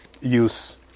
use